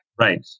Right